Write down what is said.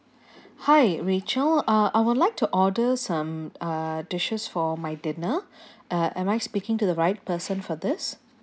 hi rachel uh I would like to order some uh dishes for my dinner uh am I speaking to the right person for this